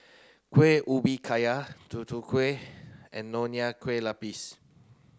Kueh Ubi Kayu Tutu Kueh and Nonya Kueh Lapis